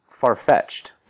far-fetched